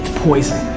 poison.